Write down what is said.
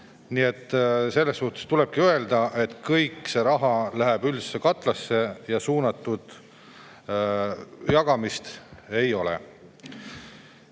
Nii et tulebki öelda, et kõik see raha läheb üldisesse katlasse ja suunatud jagamist ei ole.